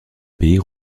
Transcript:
pays